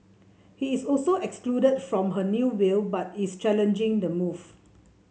he is also excluded from her new will but is challenging the move